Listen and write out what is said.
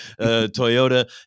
Toyota